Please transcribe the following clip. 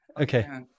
Okay